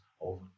over